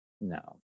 No